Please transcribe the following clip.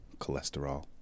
cholesterol